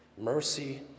mercy